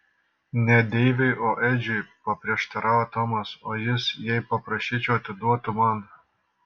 ne deivui o edžiui paprieštaravo tomas o jis jei paprašyčiau atiduotų man